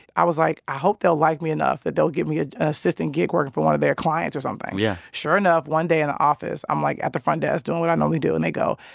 i was like, i hope they'll like me enough that they'll give me an ah ah assistant gig working for one of their clients or something. yeah sure enough, one day in the office, i'm, like at the front desk, doing what i normally do. and they go,